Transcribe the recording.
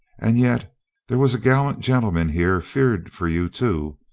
and yet there was a gallant gentleman here feared for you, too.